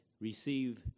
receive